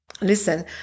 listen